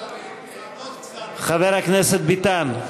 חבר הכנסת ביטן.